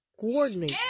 Coordinate